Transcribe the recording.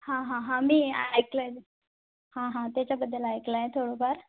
हां हां हां मी ऐकलं आहे हां हां त्याच्याबद्दल ऐकलं आहे थोडंफार